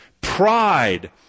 pride